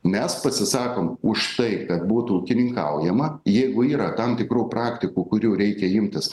mes pasisakom už tai kad būtų ūkininkaujama jeigu yra tam tikrų praktikų kurių reikia imtis